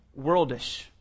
worldish